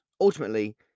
ultimately